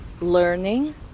learning